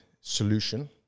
solution